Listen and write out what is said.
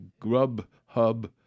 Grubhub